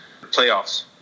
playoffs